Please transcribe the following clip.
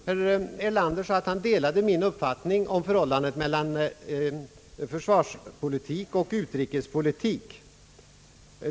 Herr Erlander sade att han delade min uppfattning om förhållandet mellan försvarspolitik och utrikespolitik.